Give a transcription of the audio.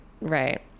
Right